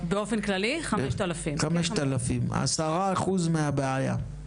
באופן כללי, 5,000. 5,000 , 10% מהבעיה.